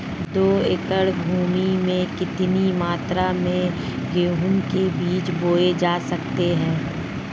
दो एकड़ भूमि में कितनी मात्रा में गेहूँ के बीज बोये जा सकते हैं?